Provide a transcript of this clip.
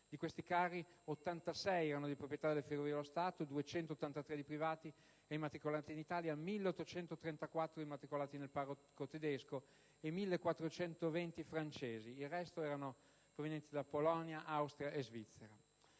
dei quali 86 erano di proprietà delle Ferrovie dello Stato, 283 di privati e immatricolati in Italia, 1.834 immatricolati nel parco tedesco e 1.420 francesi; gli altri provenivano da Polonia, Austria e Svizzera.